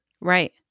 right